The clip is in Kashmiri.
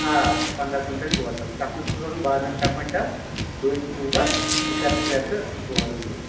آ پنٛداہ کۄینٛٹل ٹوٹل تتھ منٛز گوٚژھ آسُن بادام شیٚے کۄینٛٹل ڈوٗنۍ ژور کِکر ترٛےٚ تہٕ بۄڈٕ زٕ